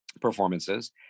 performances